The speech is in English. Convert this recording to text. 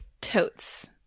Totes